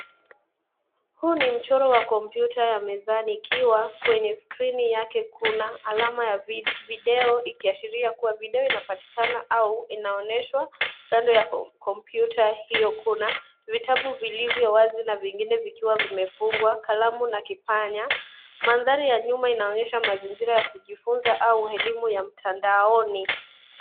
Huu ni mchoro wa kompyuta ya mezani ikiwa kwenye skrini yake kuna alama ya video ikiashiria kuwa video inapatikana au inaoneshwa kando ya kompyuta hiyo kuna vitabu vilivyo wazi na vingine vikiwa vimefungwa, kalamu na kipanya, mandhari ya nyuma inaonyesha mazingira ya kujifunza au elimu ya mtandaoni.